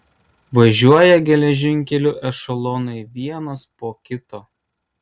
važiuoja geležinkeliu ešelonai vienas po kito